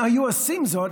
אם היו עושים זאת,